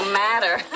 matter